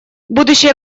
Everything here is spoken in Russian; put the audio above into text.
будущая